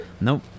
Nope